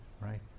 Right